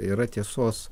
yra tiesos